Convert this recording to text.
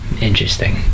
Interesting